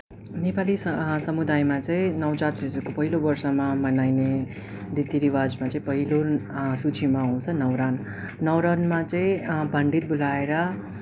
नेपाली समुदायमा चाहिँ नवजात शिशुको पहिलो वर्षमा मनाइने रीति रिवाजमा चाहिँ पहिलो सूचीमा हुन्छ न्वारन न्वारनमा चाहिँ पण्डित बोलाएर